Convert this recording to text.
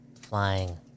flying